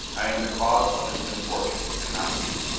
i am the cause of this misfortune, and not you.